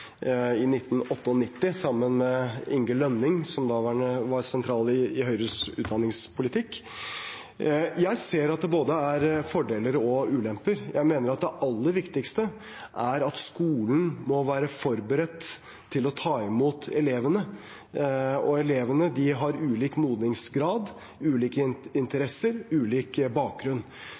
i 1998, sammen med Inge Lønning, som da var sentral i Høyres utdanningspolitikk. Jeg ser at det er både fordeler og ulemper. Jeg mener at det aller viktigste er at skolen må være forberedt på å ta imot elevene, og elevene har ulik modningsgrad, ulike interesser, ulik bakgrunn.